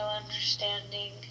understanding